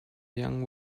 young